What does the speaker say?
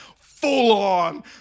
full-on